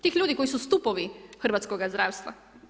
Tih ljudi koji su stupovi hrvatskoga zdravstva.